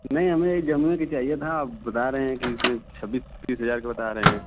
नहीं हमें यह जामुन की चाहिए था आप बता रहे हैं कि इसमें छब्बीस तीस हज़ार का बता रहे हैं